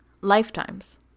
lifetimes